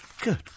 Good